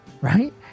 right